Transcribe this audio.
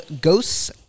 Ghosts